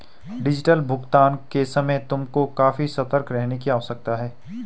digital भुगतान के समय तुमको काफी सतर्क रहने की आवश्यकता है